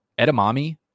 edamame